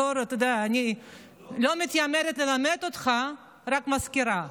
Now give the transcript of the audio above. אתה יודע, אני לא מתיימרת ללמד אותך, רק מזכירה.